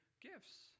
gifts